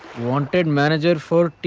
wanted manager for